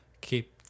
keep